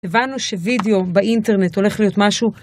הבנו שווידאו באינטרנט הולך להיות משהו.